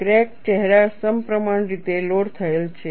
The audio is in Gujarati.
ક્રેક ચહેરા સમપ્રમાણ રીતે લોડ થયેલ છે